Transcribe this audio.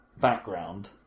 background